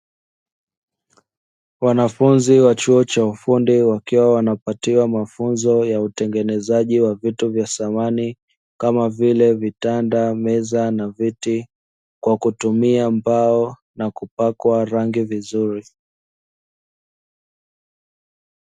Wanafunzi wa chuo cha ufundi wakiwa wanapatiwa mafunzo ya utengenezaji wa vitu vya samani kamavile: vitanda, meza ,na viti kwa kutumia mbao na kupakwa rangi vizuri.